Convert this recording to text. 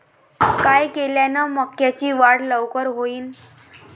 काय केल्यान मक्याची वाढ लवकर होईन?